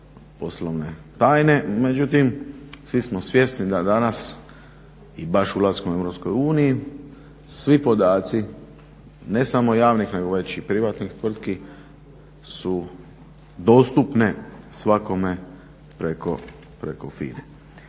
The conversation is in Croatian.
poslovene tajne. Međutim, svi smo svjesni da danas i baš ulaskom u EU svi podaci, ne samo javnih nego već i privatnih tvrtki su dostupne svakome preko FINA-e.